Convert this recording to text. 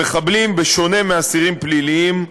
המחבלים, בשונה מאסירים פליליים,